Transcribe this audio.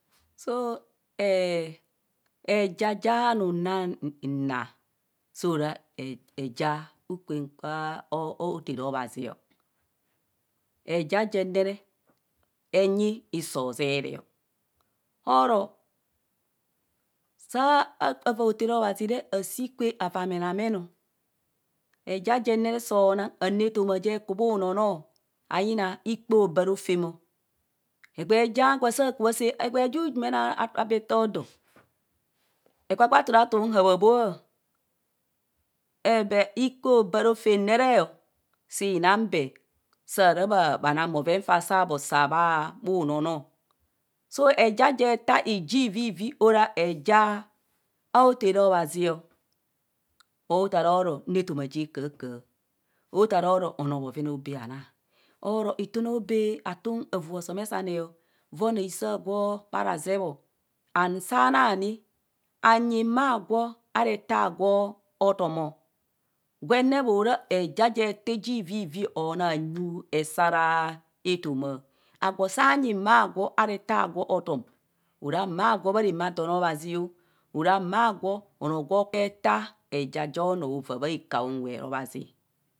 So eja anum na naa so ra eja unkp a a aothere obhazi o. eja jen ne re enyi hiso ozeeree o aro avaa athera obhazi re ashi kwe ara amenam o eja jen ne re soo nang anu etoma je ku bhunonoo ayina ikpe obaa rofem egbee ja gwa saa kubha saa egbee jujumene abee etodo ekpakpa turatu m haababhoa but ikpe huba rofem re ro sii nang bee saa rabhnang faa saa unonoo. so eja je taa ija ivivi ora eja aothere abhazio othera roro nu etoma je kahakaha, atheroro anoo bhoven aobee ha naa. oro itune aobee hatem avua osomesaneo vaa anoo aisoo agwo bhara zeebho and saanane anyi mma gwo ara ete agwo otom o gwenne moraa eja je tạ ije evivivbi anang anu hesaree etoma agwo saa nyi mma gwo ara ete agwa otom ara mma gwo bha ramaadan obhazio ara mma gwo onoo gwa taa eja jo nuovaavaa bha unwe obhazi bho daa